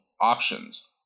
options